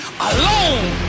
alone